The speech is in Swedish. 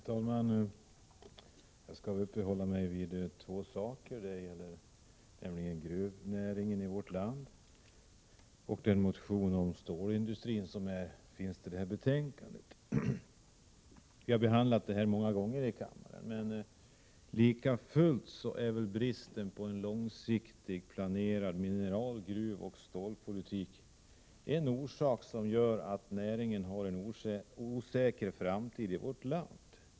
Herr talman! Jag skall uppehålla mig vid två saker, nämligen gruvnäringen i vårt land och den motion om stålindustrin som tas upp i detta betänkande. Vi har behandlat dessa frågor många gånger tidigare här i kammaren, men lika fullt är bristen på en långsiktig, planerad mineral-, gruvoch stålpolitik en orsak till att näringen har en osäker framtid i vårt land.